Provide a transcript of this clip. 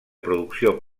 producció